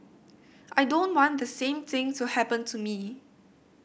I don't want the same thing to happen to me